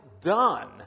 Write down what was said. done